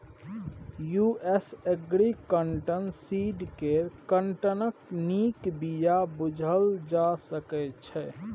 US agri cotton seed केँ काँटनक नीक बीया बुझल जा सकै छै